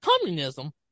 Communism